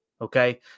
okay